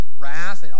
wrath